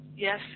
Yes